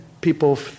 people